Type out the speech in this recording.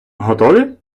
готові